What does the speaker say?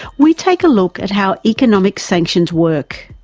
we take a look at how economic sanctions work.